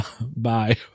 Bye